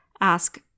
Ask